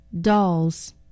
Dolls